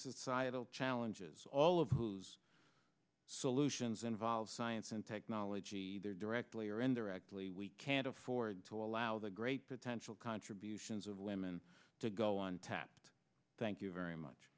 societal challenges all of whose solutions involve science and technology either directly or indirectly we can't afford to allow the great potential contributions of women to go on tapped thank you very much